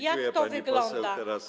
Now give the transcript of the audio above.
Jak to wygląda?